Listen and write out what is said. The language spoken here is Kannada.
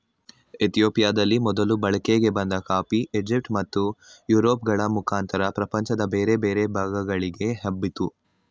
ಇತಿಯೋಪಿಯದಲ್ಲಿ ಮೊದಲು ಬಳಕೆಗೆ ಬಂದ ಕಾಫಿ ಈಜಿಪ್ಟ್ ಮತ್ತು ಯುರೋಪ್ ಗಳ ಮುಖಾಂತರ ಪ್ರಪಂಚದ ಬೇರೆ ಬೇರೆ ಭಾಗಗಳಿಗೆ ಹಬ್ಬಿತು